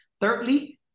Thirdly